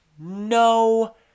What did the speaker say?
No